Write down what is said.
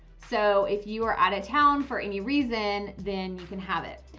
so if you are out of town for any reason, then you can have it.